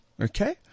Okay